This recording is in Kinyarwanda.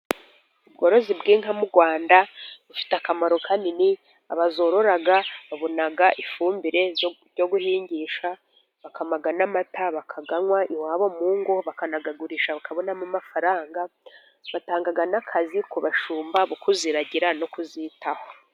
Ubworozi bw'inka mu Rwanda bufite akamaro kanini. Abazorora babona ifumbire yo guhingisha, bakama n'amata bakayanywa iwabo mu ngo, bakanayagurisha bakabonamo amafaranga. Batanga n'akazi ku bashumba bo kuziragira no kuzitaho.